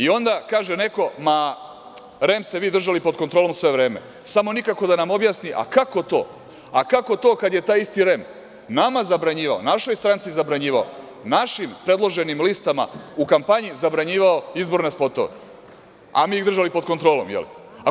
Onda kaže neko – REM ste vi držali pod kontrolom sve vreme, ali samo nikako da nam objasni kako to, kako to kad je taj isti REM nama zabranjivao, našoj stranci zabranjivao, našim predloženim listama u kampanji zabranjivao izborne spotove, a mi ih držali pod kontrolom, je li?